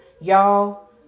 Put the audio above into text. y'all